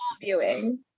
viewing